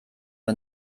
wir